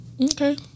Okay